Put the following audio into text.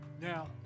Now